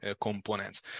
components